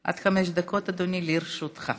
עד חמש דקות, אדוני, לרשותך.